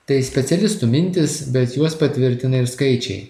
tai specialistų mintys bet juos patvirtina ir skaičiai